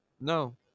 No